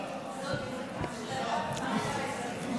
זו החלטת ועדת שרים,